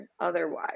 otherwise